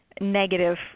Negative